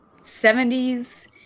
70s